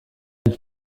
elle